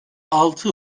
altı